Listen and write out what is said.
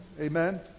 Amen